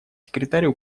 секретарю